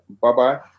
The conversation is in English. Bye-bye